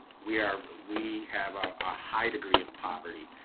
we are. we have a high degree of poverty.